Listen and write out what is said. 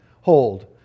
hold